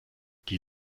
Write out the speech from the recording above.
die